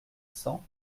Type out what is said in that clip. cent